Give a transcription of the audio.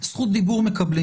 לחוק המקורי.